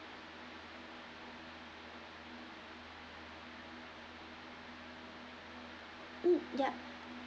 mm yup